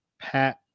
Pat